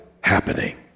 happening